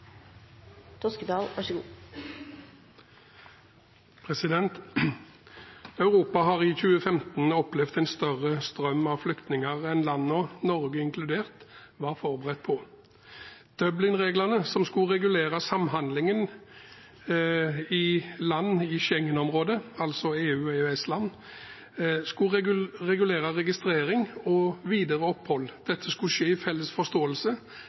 Europa har i 2015 opplevd en større strøm av flyktninger enn landene, Norge inkludert, var forberedt på. Dublin-reglene, som skulle regulere samhandlingen i land i Schengen-området, altså i EU/EØS-land, skulle regulere registrering og videre opphold. Dette skulle skje i felles forståelse,